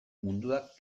munduak